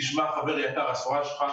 שהסחורה שלו,